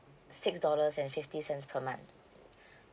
six dollars and fifty cents per month